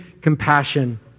compassion